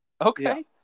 Okay